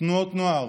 תנועות נוער,